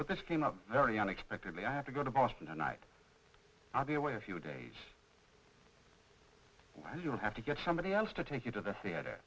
but this came up very unexpectedly i have to go to boston tonight i'll be away a few days and you'll have to get somebody else to take you to the theater